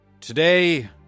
Today